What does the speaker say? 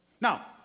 Now